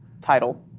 title